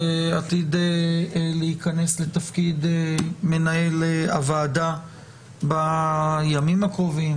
שעתיד להיכנס לתפקיד מנהל הוועדה בימים הקרובים,